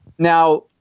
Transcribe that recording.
Now